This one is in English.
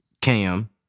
Cam